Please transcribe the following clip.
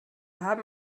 haben